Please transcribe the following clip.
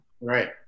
Right